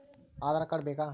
Aadhaar card ಬೇಕಾ?